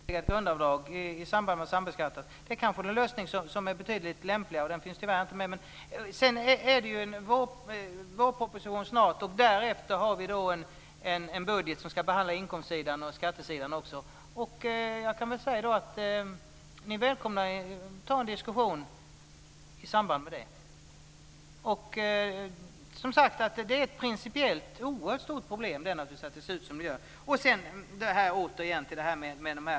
Fru talman! Jag trodde att Johan Pehrson hade suttit i kammaren under hela debatten. Han har åtminstone varit kroppsligt närvarande, men om han har lyssnat vet jag inte. Jag trodde nämligen att jag hade gjort fullständigt klart vad det är som gäller och hur vi agerar i frågan om sambeskattningen. Problemet är att ni inte tar upp i reservationen hur detta ska ske utan föreslår en generellt slopad sambeskattning. Detta att införa ytterligare ett grundavdrag i samband med sambeskattning kanske är en lösning som är betydligt lämpligare. Den finns tyvärr inte med. Snart kommer vårpropositionen. Därefter har vi en budget som ska behandla inkomstsidan och även skattesidan. Ni är välkomna att ta en diskussion i samband med den. Som sagt är det principiellt ett oerhört stort problem att det ser ut som det gör.